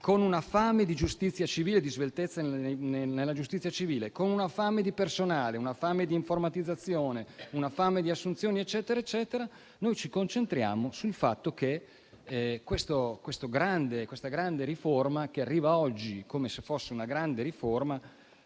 Con una fame di giustizia civile, di sveltezza nella giustizia civile, con una fame di personale, una fame di informatizzazione, una fame di assunzioni, noi ci concentriamo su quella che arriva oggi in Aula come se fosse una grande riforma.